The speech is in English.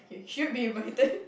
you should be invited